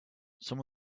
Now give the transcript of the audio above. some